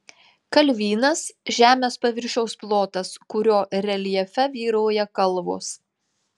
kalvynas žemės paviršiaus plotas kurio reljefe vyrauja kalvos